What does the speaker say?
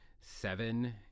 seven